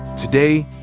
today,